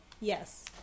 Yes